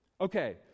Okay